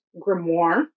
grimoire